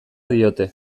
diote